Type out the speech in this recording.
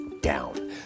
down